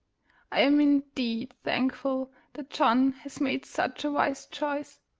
i am indeed thankful that john has made such a wise choice.